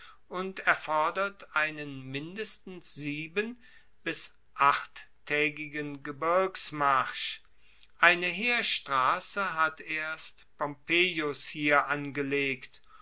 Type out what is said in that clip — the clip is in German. und erfordert einen mindestens sieben bis achttaegigen gebirgsmarsch eine heerstrasse hat erst pompeius hier angelegt